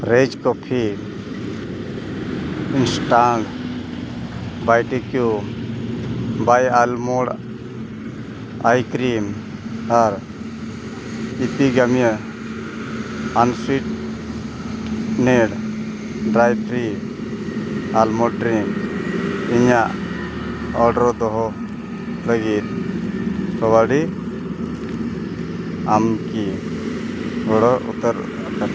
ᱨᱮᱡᱽ coffee instant ᱵᱟᱭᱴᱤᱠᱤᱭᱩ ᱵᱟᱭᱳ almond ᱟᱭ ᱠᱨᱤᱢ ᱟᱨ Epigamia unsweetened dairy free almond drinks ᱤᱧᱟᱹᱜ ᱚᱰᱟᱨ ᱫᱚᱦᱚ ᱞᱟᱹᱜᱤᱫ ᱠᱟᱣᱰᱤ ᱟᱢ ᱠᱤ ᱜᱚᱲᱚ ᱩᱛᱟᱹᱨ ᱟᱠᱟᱱᱟ